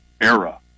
era